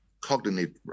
cognitive